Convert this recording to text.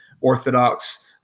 Orthodox